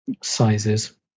Sizes